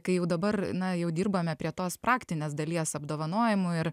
kai jau dabar na jau dirbame prie tos praktinės dalies apdovanojimų ir